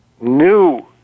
new